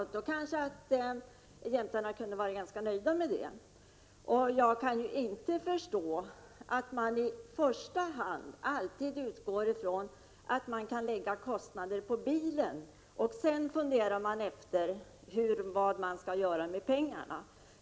Med det kan kanske jämtarna vara ganska nöjda. Jag kan inte förstå att man i första hand alltid utgår ifrån att kostnader kan läggas på bilen. Sedan funderar man på vad man skall göra med pengarna.